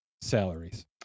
salaries